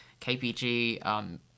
KPG